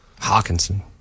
Hawkinson